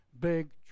big